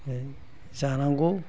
औ जानांगौ